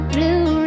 Blue